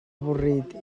avorrit